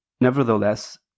Nevertheless